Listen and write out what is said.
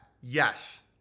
Yes